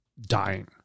dying